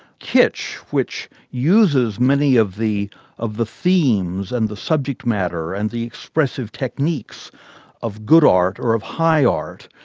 kitsch, which uses many of the of the themes and the subject matter, and the expressive techniques of good art, or of high art,